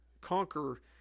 conquer